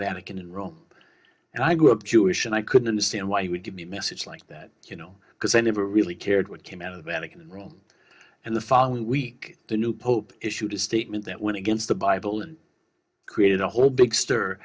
vatican in rome and i grew up jewish and i couldn't understand why he would give me a message like that you know because i never really cared what came out of the vatican in rome and the following week the new pope issued a statement that went against the bible and created a whole big s